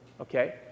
Okay